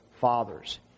fathers